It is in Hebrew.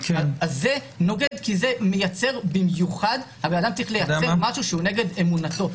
האדם היה צריך לייצר במיוחד משהו שהוא נגד אמונתו.